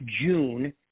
June